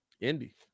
Indy